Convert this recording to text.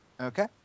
Okay